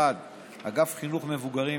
1. אגף חינוך מבוגרים,